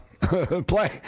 play